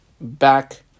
back